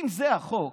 אם זה החוק